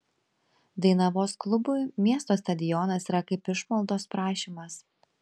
dainavos klubui miesto stadionas yra kaip išmaldos prašymas